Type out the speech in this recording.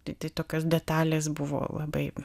tai tai tokios detalės buvo labai